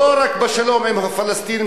לא רק בשלום עם הפלסטינים,